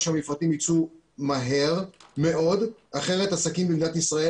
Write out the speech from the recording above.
שהמפרטים ייצאו מהר מאוד אחרת עסקים היום במדינת ישראל